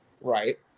right